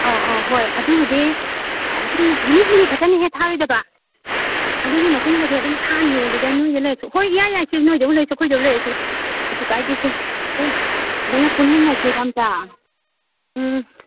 ꯑꯧ ꯑꯧ ꯍꯣꯏ ꯑꯗꯨꯕꯨꯗꯤ ꯁꯨꯝ ꯅꯨꯃꯤꯠ ꯍꯨꯝꯅꯤ ꯈꯛꯇꯅꯦꯍꯦ ꯊꯥꯔꯣꯏꯗꯕ ꯑꯗꯨꯒꯤ ꯃꯇꯨꯡꯗꯗꯤ ꯑꯗꯨꯝ ꯊꯥꯅꯤꯌꯦ ꯑꯗꯨꯗ ꯅꯣꯏꯗ ꯂꯩꯔꯁꯨ ꯍꯣꯏ ꯏꯌꯥ ꯌꯥꯏꯁꯦ ꯅꯣꯏꯗꯕꯨ ꯂꯩꯔꯁꯨ ꯑꯩꯈꯣꯏꯗꯕꯨ ꯂꯩꯔꯁꯨ ꯀꯩꯁꯨ ꯀꯥꯏꯗꯦꯁꯦ ꯎꯝ ꯑꯗꯨꯅ ꯀꯣꯏꯃꯤꯟꯅꯁꯦꯕ ꯑꯝꯇꯥ ꯎꯝ